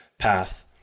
path